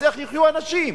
אז איך יחיו אנשים?